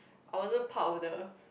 I wanted powder